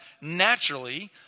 naturally